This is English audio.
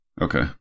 Okay